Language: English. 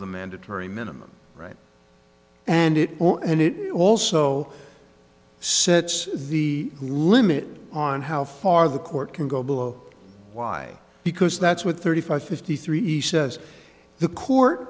the mandatory minimum right and it will and it also sets the limit on how far the court can go below why because that's what thirty five fifty three he says the court